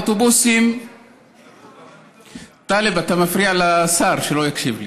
והאוטובוסים, טלב, אתה מפריע לשר, שלא יקשיב לי,